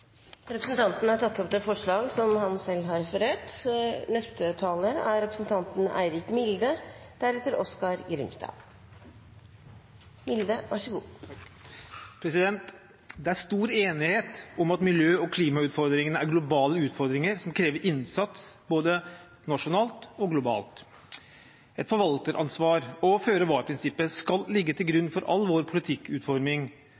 Representanten har tatt opp de forslagene han refererte til. Det er stor enighet om at miljø- og klimautfordringene er globale utfordringer som krever innsats både nasjonalt og globalt. Et forvalteransvar og føre-var-prinsippet skal ligge til grunn for all vår politikkutforming